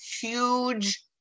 huge